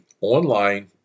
online